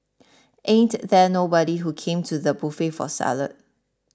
ain't there nobody who came to the buffet for salad